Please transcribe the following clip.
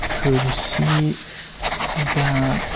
थोरसि जाग